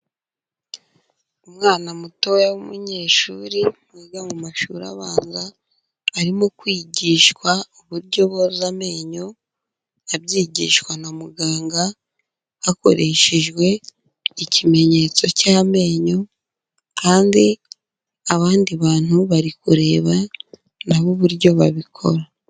Umwana mutoya w'umunyeshuri wiga mu mashuri abanza, arimo kwigishwa uburyo boza amenyo abyigishwa na muganga hakoreshejwe ikimenyetso cy'amenyo, kandi abandi bantu bari kureba na bo uburyo babikora.